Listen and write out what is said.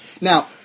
Now